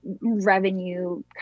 revenue